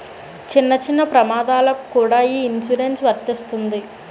చిన్న చిన్న ప్రమాదాలకు కూడా ఈ ఇన్సురెన్సు వర్తిస్తుంది